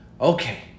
okay